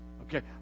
okay